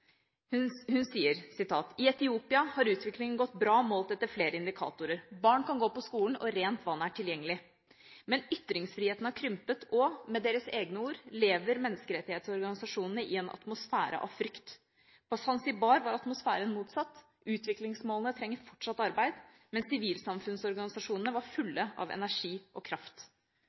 Hun sier at i Etiopia har utviklingen gått bra målt etter flere indikatorer: Barn kan gå på skolen og rent vann er tilgjengelig. Men ytringsfriheten har krympet, og – med deres egne ord – menneskerettighetsorganisasjonene lever i en atmosfære av frykt. På Zanzibar var atmosfæren motsatt: Utviklingsmålene trenger fortsatt arbeid, men sivilsamfunnsorganisasjonene var fulle av energi og kraft.